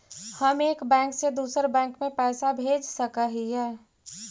हम एक बैंक से दुसर बैंक में पैसा भेज सक हिय?